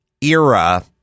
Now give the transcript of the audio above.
era